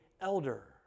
elder